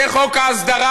זה חוק ההסדרה,